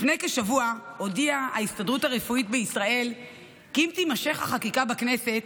לפני כשבוע הודיעה ההסתדרות הרפואית בישראל כי אם תימשך החקיקה בכנסת,